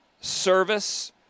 service